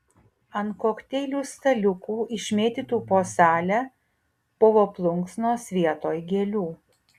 ant kokteilių staliukų išmėtytų po salę povo plunksnos vietoj gėlių